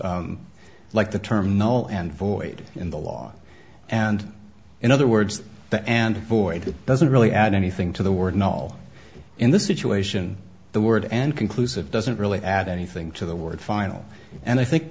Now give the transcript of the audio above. like the term null and void in the law and in other words the and void doesn't really add anything to the word in all in this situation the word and conclusive doesn't really add anything to the word final and i think